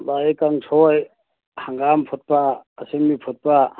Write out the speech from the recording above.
ꯚꯥꯏ ꯑꯩ ꯀꯥꯡꯁꯣꯏ ꯍꯪꯒꯥꯝ ꯐꯨꯠꯄ ꯑꯁꯤꯟꯕꯤ ꯐꯨꯠꯄ